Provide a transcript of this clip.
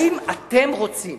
האם אתם רוצים